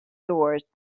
doors